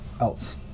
else